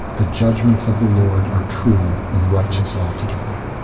the judgments of the lord are true and righteous altogether.